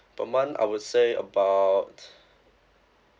per month I would say about